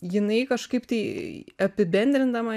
jinai kažkaip tai apibendrindama